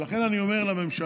ולכן אני אומר לממשלה: